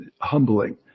humbling